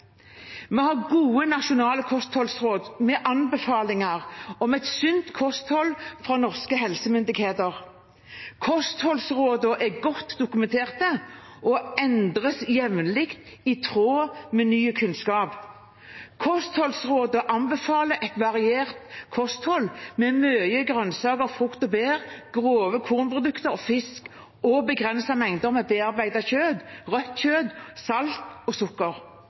anbefalinger om et sunt kosthold fra norske helsemyndigheter. Kostholdsrådene er godt dokumentert og endres jevnlig i tråd med ny kunnskap. Kostholdsrådene anbefaler et variert kosthold med mye grønnsaker, frukt og bær, grove kornprodukter og fisk og begrensede mengder med bearbeidet kjøtt, rødt kjøtt, salt og sukker.